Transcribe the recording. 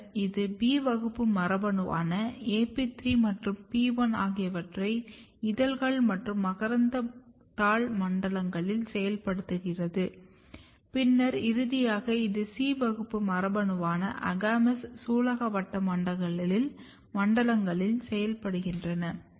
பின்னர் இது B வகுப்பு மரபணுவான AP3 மற்றும் PI ஆகியவற்றை இதழ்கள் மற்றும் மகரந்தத்தாள் மண்டலங்களில் செயல்படுத்துகிறது பின்னர் இறுதியாக இது C வகுப்பு மரபணுவான AGAMOUS சூலகவட்டம் மண்டலங்களில் செயல்படுத்துகிறது